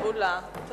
חברי חברי הכנסת,